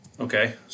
Okay